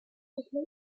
later